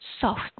soft